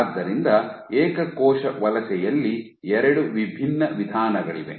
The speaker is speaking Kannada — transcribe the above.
ಆದ್ದರಿಂದ ಏಕ ಕೋಶ ವಲಸೆಯಲ್ಲಿ ಎರಡು ವಿಭಿನ್ನ ವಿಧಾನಗಳಿವೆ